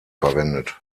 verwendet